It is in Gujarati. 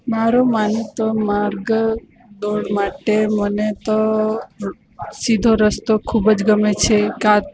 મારું માનો તો માર્ગ દોડ માટે મને તો સીધો રસ્તો ખૂબ જ ગમે છે કાં